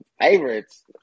favorites